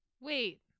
Wait